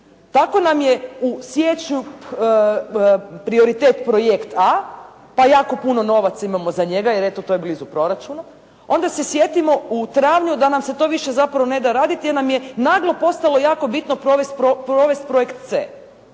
tako nam je u siječnju prioritet projekt «A» pa jako puno novaca imamo za njega jer eto to je blizu proračuna. Onda se sjetimo u travnju da nam se to više zapravo ne da raditi jer nam je naglo postalo jako bitno provesti projekt «C».